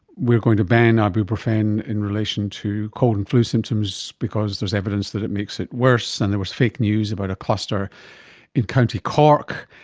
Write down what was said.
we're going to ban ibuprofen in relation to cold and flu symptoms because there is evidence that it makes it worse and there was fake news about a cluster in county cork.